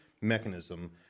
mechanism